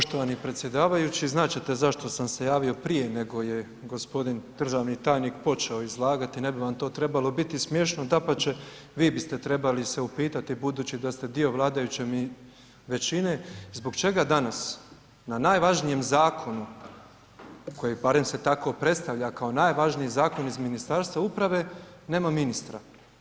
Poštovani predsjedavajući znat ćete se zašto sam se javio prije nego je g. državni tajnik počeo izlagati, ne bi vam to trebalo biti smješno, dapače vi biste trebali se upitati budući da ste dio vladajuće većine, zbog čega danas na najvažnijem zakonu, koji barem se tako predstavlja kao najvažniji zakon iz Ministarstva uprave, nema ministra.